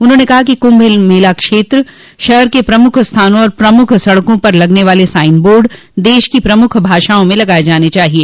उन्होंने कहा कि कुम्भ मेला क्षेत्र शहर के प्रमुख स्थानों और प्रमुख सड़कों पर लगने वाले साइन बोर्ड देश की प्रमुख भाषाओं में लगाये जान चाहिए